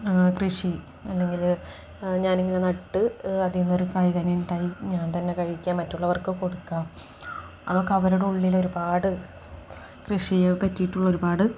കൃഷി അല്ലെങ്കിൽ ഞാനിങ്ങനെ നട്ട് അതിൽ നിന്നൊരു കായ് കനി ഉണ്ടായി ഞാൻ തന്നെ കഴിക്കാൻ മറ്റുള്ളവർക്കു കൊടുക്കാം അതൊക്കെ അവരുടെയുള്ളിൽ ഒരുപാട് കൃഷിയെ പറ്റിയിട്ടുള്ള ഒരുപാട്